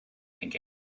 again